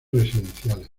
residenciales